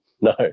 No